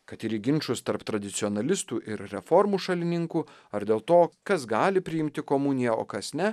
kad ir į ginčus tarp tradicionalistų ir reformų šalininkų ar dėl to kas gali priimti komuniją o kas ne